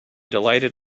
delighted